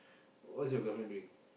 what's your girlfriend doing